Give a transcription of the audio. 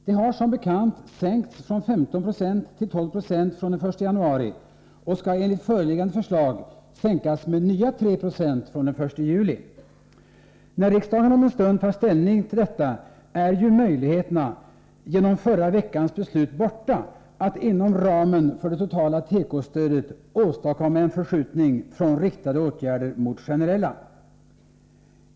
Det har som bekant sänkts från 15 96 till 12 26 från den 1 januari och skall enligt föreliggande förslag sänkas med nya 3 9 från den 1 juli. När riksdagen om en stund tar ställning till detta, är ju möjligheterna genom förra veckans beslut borta att inom ramen för det totala tekostödet åstadkomma en förskjutning från riktade åtgärder mot generella.